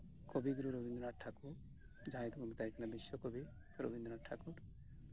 ᱠᱚᱵᱤᱜᱩᱨᱩ ᱨᱚᱵᱤᱱᱫᱚᱨᱚᱱᱟᱛᱷ ᱴᱷᱟᱠᱩᱨ ᱡᱟᱸᱦᱟᱭ ᱠᱚ ᱢᱮᱛᱟᱭ ᱠᱟᱱᱟ ᱵᱤᱥᱥᱚ ᱠᱚᱵᱤ ᱨᱚᱵᱤᱱᱫᱚᱨᱚᱱᱟᱛᱷ ᱴᱷᱟᱠᱩᱨ